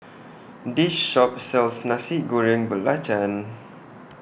This Shop sells Nasi Goreng Belacan